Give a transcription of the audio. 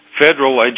federal